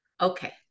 Okay